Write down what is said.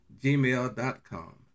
gmail.com